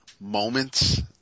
moments